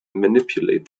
manipulate